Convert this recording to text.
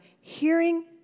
hearing